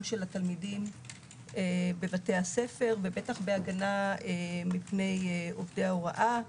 של התלמידים בבתי הספר ובטח בהגנה מפני עובדי ההוראה.